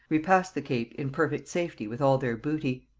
repassed the cape in perfect safety with all their booty.